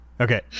Okay